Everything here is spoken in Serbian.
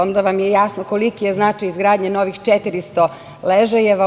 Onda vam je jasno koliki je značaj izgradnje novih 400 ležaja.